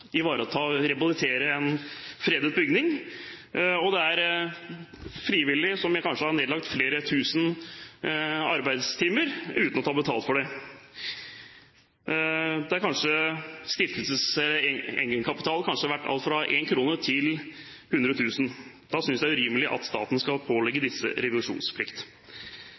ivareta og rehabilitere fredede bygninger. Frivillige har kanskje nedlagt flere tusen arbeidstimer uten å ta betalt. Stiftelsenes egenkapital kan være alt fra 1 kr til 100 000 kr. Da synes jeg det er urimelig at staten skal pålegge disse